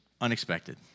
unexpected